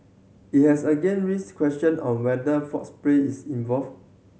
it has again raised question on whether false play is involved